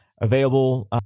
available